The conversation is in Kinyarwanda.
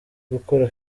gukora